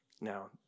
Now